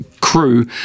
crew